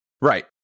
Right